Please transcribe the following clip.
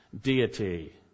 Deity